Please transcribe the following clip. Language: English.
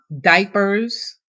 diapers